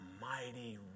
mighty